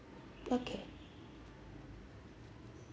okay